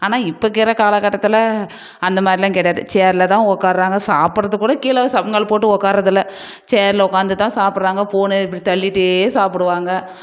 ஆனால் இப்போக்கிற காலக்கட்டத்தில் அந்தமாதிரில்லாம் கிடையாது சேரில் தான் உக்காருறாங்க சாப்பிடுறத்துக்கூட கீழே சப்லங்கால் போட்டு உக்காருறது இல்லை சேரில் உக்காந்துதான் சாப்பிடுறாங்க ஃபோனை இப்படி தள்ளிகிட்டே சாப்பிடுவாங்க